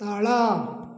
ତଳ